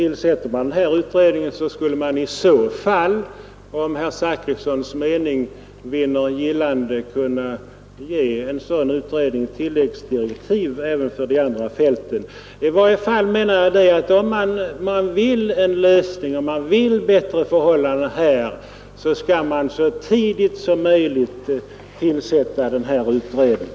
Om en utredning tillsättes nu, skulle man också senare, om herr Zachrissons mening vinner gillande, kunna ge en sådan utredning tilläggsdirektiv även för de andra fälten. I varje fall menar jag att man, om man vill ha bättre förhållanden på detta område, så tidigt som möjligt skall tillsätta en utredning.